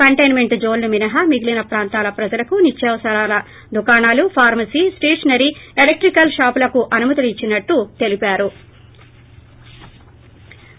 contain meant జోన్లు మినహా మిగిలిన ప్రాంతాల ప్రజలకు నిత్యావసరాల దుకాణాలు ఫార్మసీ స్టేషనరీ ఎలక్టికల్ షాపులకు అనుమతులను ఇచ్చినట్టు తెలిపారు